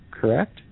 correct